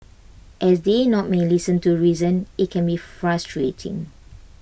as they not may listen to reason IT can be frustrating